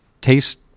taste